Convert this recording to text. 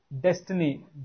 destiny